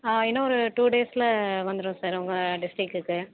ஆ இன்னொரு டூ டேஸில் வந்துவிடும் சார் உங்கள் டிஸ்ட்ரிக்குக்கு